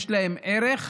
יש להם ערך,